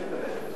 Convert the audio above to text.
לי אין בעיה.